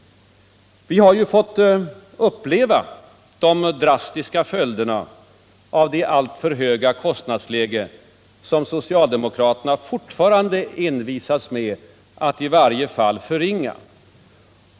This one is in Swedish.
Vi har ju nu fått uppleva de drastiska följderna av vårt alltför höga kostnadsläge, som socialdemokraterna fortfarande envisas med att i varje fall förringa.